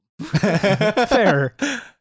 fair